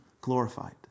glorified